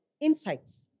insights